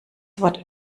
wort